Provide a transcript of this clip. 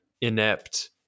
inept